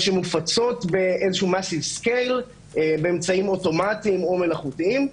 שמפצות באיזה שהוא --- באמצעים אוטומטיים או מלאכותיים.